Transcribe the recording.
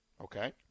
Okay